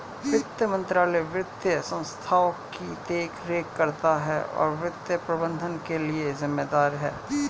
वित्त मंत्रालय वित्तीय संस्थानों की देखरेख करता है और वित्तीय प्रबंधन के लिए जिम्मेदार है